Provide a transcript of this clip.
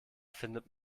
findet